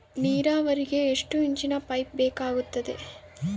ನೇರಾವರಿಗೆ ಎಷ್ಟು ಇಂಚಿನ ಪೈಪ್ ಬೇಕಾಗುತ್ತದೆ?